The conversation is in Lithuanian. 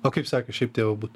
o kaip sekas šiaip tėvu būt